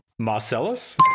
Marcellus